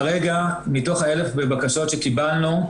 כרגע מתוך ה-1,000 בקשות שקיבלנו,